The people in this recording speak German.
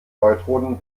neutronen